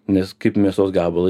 nes kaip mėsos gabalą